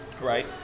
right